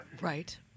Right